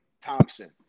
Thompson